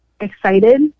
excited